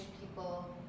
people